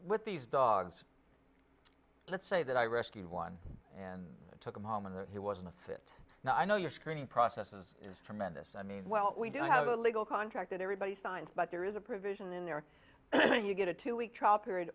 with these dogs let's say that i rescued one and took him home and he was in a fit now i know you're screening processes is tremendous i mean well we don't have a legal contract that everybody signs but there is a provision in there you get a two week